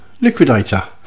liquidator